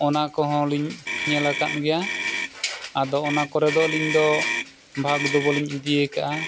ᱚᱱᱟ ᱠᱚᱦᱚᱸ ᱞᱤᱧ ᱧᱮᱞ ᱟᱠᱟᱫ ᱜᱮᱭᱟ ᱟᱫᱚ ᱚᱱᱟ ᱠᱚᱨᱮ ᱫᱚ ᱟᱹᱞᱤᱧ ᱫᱚ ᱵᱷᱟᱜᱽ ᱫᱚ ᱵᱟᱞᱤᱧ ᱤᱫᱤᱭ ᱠᱟᱜᱼᱟ